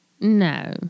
No